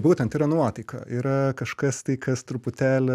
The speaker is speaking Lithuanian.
būtent ir nuotaika yra kažkas tai kas truputėlį